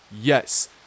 Yes